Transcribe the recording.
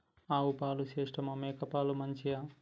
ఆవు పాలు శ్రేష్టమా మేక పాలు మంచియా?